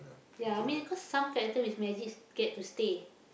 ya I mean cause some character with magic get to stay